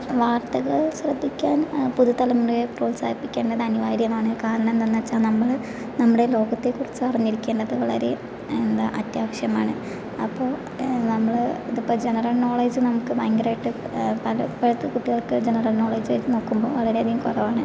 വാർത്തകൾ ശ്രദ്ധിക്കാൻ പുതുതലമുറയെ പ്രോത്സാഹിപ്പിക്കേണ്ടത് അനിവാര്യമാണ് കാരണം എന്താണെന്ന് വെച്ചാൽ നമ്മൾ നമ്മുടെ ലോകത്തെ കുറിച്ച് അറിഞ്ഞിരിക്കേണ്ടത് വളരെ എന്താ അത്യാവശ്യമാണ് അപ്പോൾ നമ്മൾ ഇതിപ്പോ ജനറൽ നോളജ് നമുക്ക് ഭയങ്കരമായിട്ട് പല ഇപ്പഴത്തെ കുട്ടികൾക്ക് ജനറൽ നോളജ് വെച്ച് നോക്കുമ്പോൾ വളരെയധികം കുറവാണ്